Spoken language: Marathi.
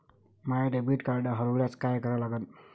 माय डेबिट कार्ड हरोल्यास काय करा लागन?